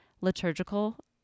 liturgical